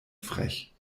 frech